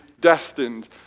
destined